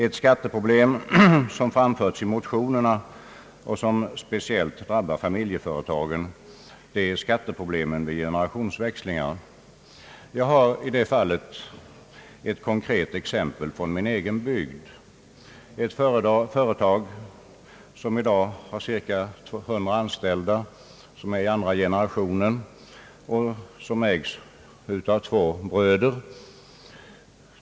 Ett skatteproblem som framförts i motionerna och som speciellt drabbar familjeföretagen är skatteproblemet vid generationsväxlingar. Jag har ett konkret exempel på detta från min egen bygd. Ett företag, som i dag har omkring 100 anställda, ägs i andra gene rationen av två bröder.